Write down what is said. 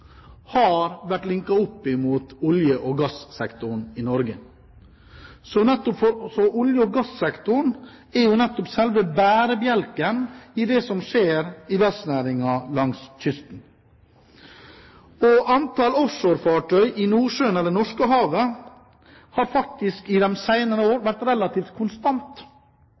har vært linket opp mot olje- og gasssektoren i Norge. Så olje- og gassektoren er nettopp selve bærebjelken i det som skjer i verftsnæringen langs kysten. Antallet offshorefartøy i Nordsjøen/Norskehavet har faktisk i de senere årene vært relativt konstant.